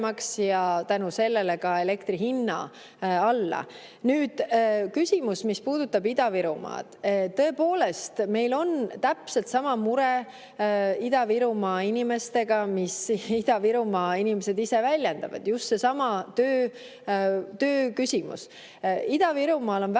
ja tänu sellele ka elektri hinna alla. Nüüd küsimus, mis puudutab Ida-Virumaad. Tõepoolest, meil on täpselt sama mure Ida-Virumaa inimestega, mida Ida-Virumaa inimesed ise väljendavad: just seesama tööküsimus. Ida-Virumaal on väga